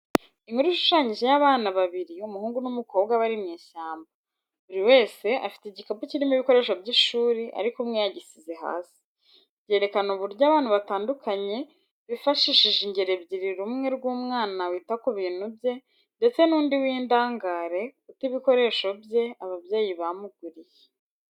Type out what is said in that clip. Inkuru ishushanyije y'abana babiri umuhungu n'umukobwa bari mu ishyamba, buri wese afite igikapu kirimo ibikoresho by'ishuri ariko umwe yagisize hasi. Byerakana uburyo abantu batandukanye bifashishije ingero ebyiri rumwe rw'umwana wita ku bintu bye ndetse n'undi w'indangare uta ibikoresho bye ababyeyi bamuguriye.